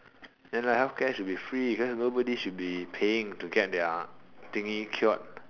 then like healthcare should be free cause nobody should be paying to get their thingy cured